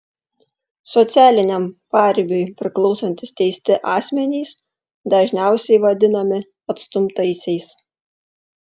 socialiniam paribiui priklausantys teisti asmenys dažniausiai vadinami atstumtaisiais